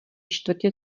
čtvrtě